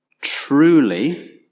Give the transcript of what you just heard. Truly